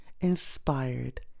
inspired